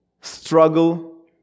Struggle